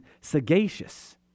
sagacious